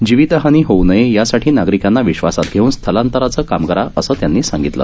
जीवितहानी होऊ नये यासाठी नागरिकांना विश्वासात घेऊन स्थलांतराचं काम करा असं त्यांनी सांगितलं